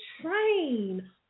train